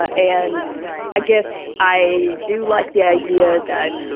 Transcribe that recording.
ah and i guess i do like the idea that,